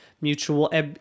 Mutual